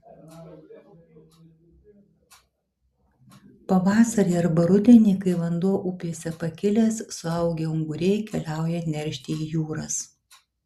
pavasarį arba rudenį kai vanduo upėse pakilęs suaugę unguriai keliauja neršti į jūras